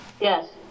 Yes